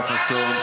אכרם חסון,